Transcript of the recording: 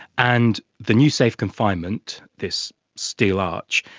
and the new safe confinement, this steel arch,